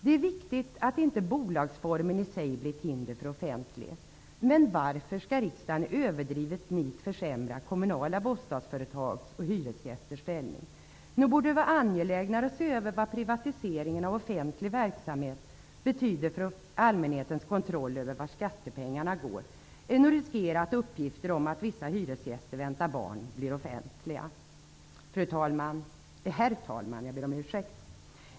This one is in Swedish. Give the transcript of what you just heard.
Det är viktigt att inte bolagsformen i sig blir ett hinder för offentlighet. Men varför skall riksdagen i överdrivet nit försämra kommunala bostadsföretags och hyresgästernas ställning? Nog borde det vara angelägnare att se över vad privatiseringen av offentlig verksamhet betyder för allmänhetens kontroll över vart skattepengarna går än att riskera att uppgifter om att vissa hyresgäster väntar barn blir offentliga. Herr talman!